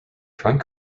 front